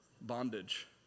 Bondage